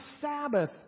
Sabbath